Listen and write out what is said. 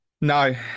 No